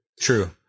True